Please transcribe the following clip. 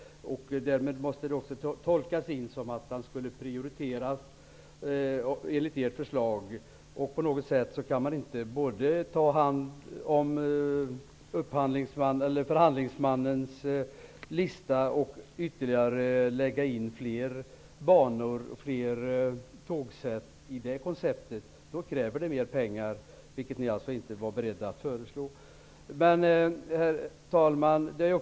Därmed måste det tolkas in att denna skulle prioriteras enligt ert förslag. Men man kan inte både ta hand om förhandlingsmannens lista och lägga in ytterligare banor och tågsätt i det här konceptet, för det skulle kräva mera pengar. Men det var ni inte beredda att föreslå. Herr talman!